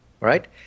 right